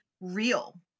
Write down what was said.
real